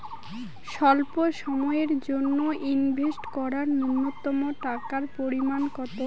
স্বল্প সময়ের জন্য ইনভেস্ট করার নূন্যতম টাকার পরিমাণ কত?